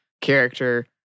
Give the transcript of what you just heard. character